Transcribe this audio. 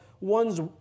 one's